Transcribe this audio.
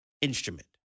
instrument